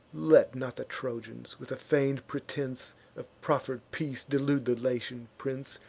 let not the trojans, with a feign'd pretense of proffer'd peace, delude the latian prince.